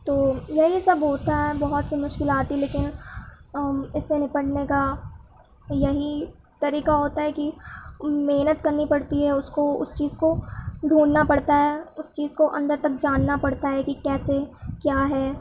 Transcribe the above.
تو یہی سب ہوتا ہے بہت سی مشکل آتی لیکن اس سے نپٹنے کا یہی طریقہ ہوتا ہے کہ محنت کرنی پڑتی ہے اس کو اس چیز کو ڈھونڈنا پڑتا ہے اس چیز کو اندر تک جاننا پڑتا ہے کہ کیسے کیا ہے